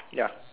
ya